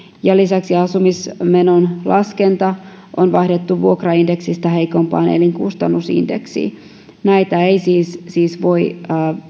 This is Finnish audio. ja lisäksi asumismenon laskenta on vaihdettu vuokraindeksistä heikompaan elinkustannusindeksiin näitä ei siis siis voi